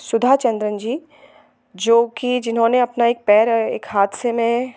सुधाचंद्रन जी जो कि जिन्होंने अपना एक पैर एक हादसे में